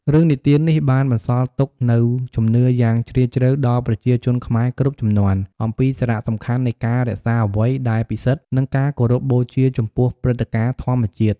រឿងនិទាននេះបានបន្សល់ទុកនូវជំនឿយ៉ាងជ្រាលជ្រៅដល់ប្រជាជនខ្មែរគ្រប់ជំនាន់ អំពីសារៈសំខាន់នៃការរក្សាអ្វីដែលពិសិដ្ឋ និងការគោរពបូជាចំពោះព្រឹត្តិការណ៍ធម្មជាតិ។